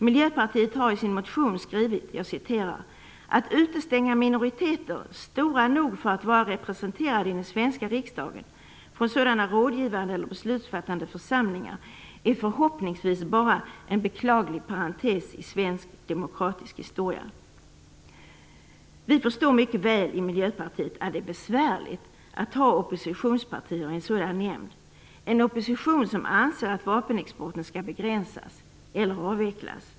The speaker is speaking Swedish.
Miljöpartiet har i sin motion skrivit: "Att utestänga minoriteter, stora nog för att vara representerade i den svenska riksdagen, från sådana rådgivande eller beslutsfattande församlingar är förhoppningsvis bara en beklaglig parentes i svensk demokratisk historia." Vi i Miljöpartiet förstår mycket väl att det är besvärligt att ha oppositionspartier i en sådan nämnd, en opposition som anser att vapenexporten skall begränsas eller avvecklas.